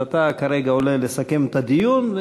אז אתה כרגע עולה לסכם את הדיון,